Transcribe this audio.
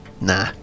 Nah